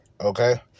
Okay